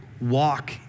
walk